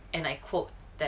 and I quote that